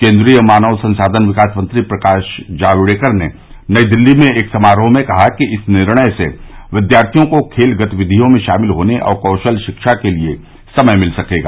केन्द्रीय मानव संसाधन विकास मंत्री प्रकाश जावड़ेकर ने नई दिल्ली में एक समारोह में कहा कि इस निर्णय से विद्यार्थियों को खेल गतिविधियों में शामिल होने और कौशल शिक्षा के लिए समय मिल सकेगा